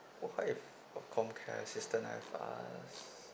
what if comcare assistance I've asked